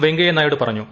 വെങ്കയ്യനായിഡു പറഞ്ഞു